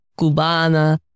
Cubana